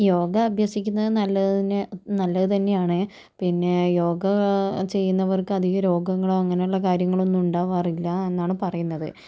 യോഗ അഭ്യസിക്കുന്നത് നല്ലതിന് നല്ലത് തന്നെ ആണ് പിന്നെ യോഗ ചെയ്യുന്നവർക്ക് അധികം രോഗങ്ങളോ അങ്ങനെയുള്ള കാര്യങ്ങളൊന്നും ഉണ്ടാവാറില്ല എന്നാണ് പറയുന്നത്